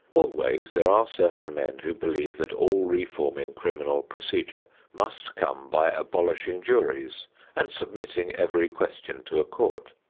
always there are certain men who believe that all reform in criminal procedure must come by abolishing juries and submitting every question to a court.